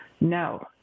no